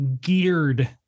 geared